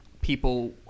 people